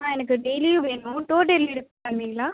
ஆ எனக்கு டெய்லியும் வேணும் டோர் டெலிவரி பண்ணுவீங்களா